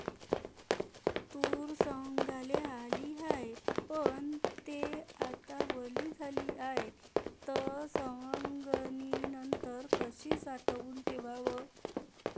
तूर सवंगाले आली हाये, पन थे आता वली झाली हाये, त सवंगनीनंतर कशी साठवून ठेवाव?